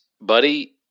buddy